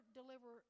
deliver